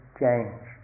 change